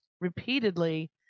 repeatedly